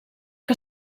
que